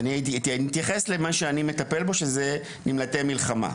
אני אתייחס למה שאני מטפל בו, שזה נמלטי מלחמה.